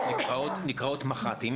נקראות מח"טים,